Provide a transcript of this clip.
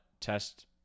test